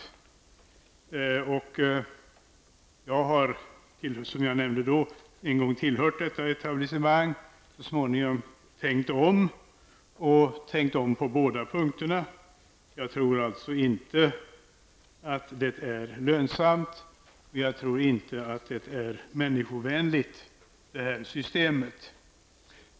Jag har, som jag nämnde förut, en gång tillhört detta etablissemang men så småningom tänkt om och tänkt om på båda punkterna. Jag tror alltså inte att systemet är lönsamt och jag tror inte att det är människovänligt.